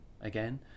again